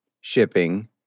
shipping